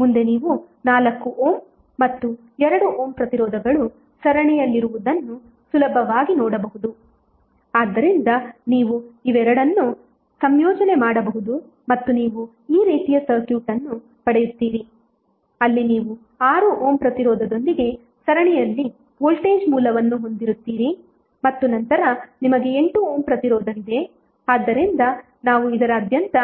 ಮುಂದೆ ನೀವು 4 ಓಮ್ ಮತ್ತು 2 ಓಮ್ ಪ್ರತಿರೋಧಗಳು ಸರಣಿಯಲ್ಲಿರುವುದನ್ನು ಸುಲಭವಾಗಿ ನೋಡಬಹುದು ಆದ್ದರಿಂದ ನೀವು ಇವೆರಡನ್ನೂ ಸಂಯೋಜನೆ ಮಾಡಬಹುದು ಮತ್ತು ನೀವು ಈ ರೀತಿಯ ಸರ್ಕ್ಯೂಟ್ ಅನ್ನು ಪಡೆಯುತ್ತೀರಿ ಅಲ್ಲಿ ನೀವು 6 ಓಮ್ ಪ್ರತಿರೋಧದೊಂದಿಗೆ ಸರಣಿಯಲ್ಲಿ ವೋಲ್ಟೇಜ್ ಮೂಲವನ್ನು ಹೊಂದಿರುತ್ತೀರಿ ಮತ್ತು ನಂತರ ನಿಮಗೆ 8 ಓಮ್ ಪ್ರತಿರೋಧವಿದೆ ಆದ್ದರಿಂದ ನಾವು ಇದರಾದ್ಯಂತ